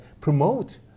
promote